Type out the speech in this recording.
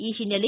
ಈ ಹಿನ್ನೆಲೆ